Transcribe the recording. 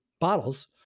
bottles